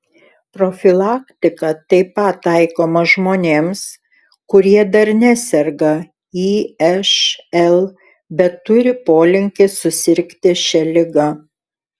profilaktika taip pat taikoma žmonėms kurie dar neserga išl bet turi polinkį susirgti šia liga